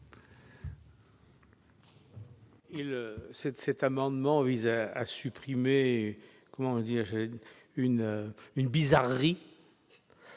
Cet amendement vise à supprimer une bizarrerie